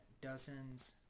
dozens